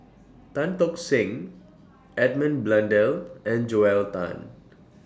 Tan Tock Seng Edmund Blundell and Joel Tan